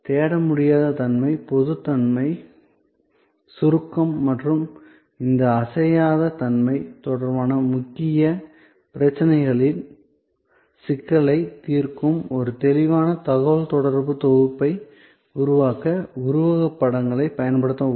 தேட முடியாத தன்மை பொதுத்தன்மை சுருக்கம் மற்றும் இந்த அசையாத தன்மை தொடர்பான முக்கிய பிரச்சினைகளின் சிக்கலை தீர்க்கும் ஒரு தெளிவான தகவல்தொடர்பு தொகுப்பை உருவாக்க உருவகப் படங்களைப் பயன்படுத்தவும்